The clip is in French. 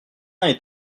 est